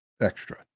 extra